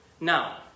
Now